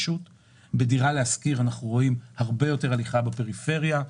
בדירה להשכיר אנחנו רואים הרבה יותר הליכה לפריפריה.